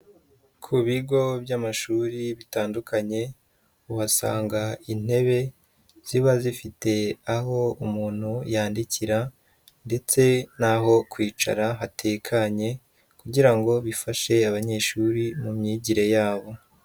Ku bigo by'amashuri bitandukanye uhasanga intebe ziba zifite aho umuntu yandikira ndetse n'aho kwicara hatekanye kugira ngo bifashe abanyeshuri mu myigire yabo.